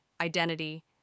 identity